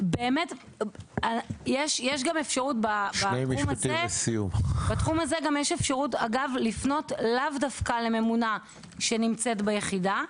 יש גם אפשרות בתחום הזה לפנות לאו דווקא לממונה שנמצאת ביחידה.